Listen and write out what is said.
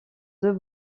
deux